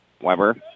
Weber